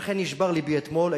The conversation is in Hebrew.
ולכן נשבר לבי אתמול.